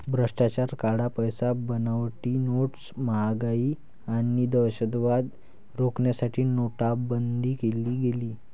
भ्रष्टाचार, काळा पैसा, बनावटी नोट्स, महागाई आणि दहशतवाद रोखण्यासाठी नोटाबंदी केली गेली